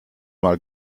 mal